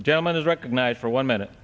the gentleman is recognized for one minute